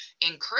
encourage